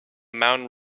mountain